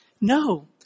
No